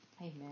Amen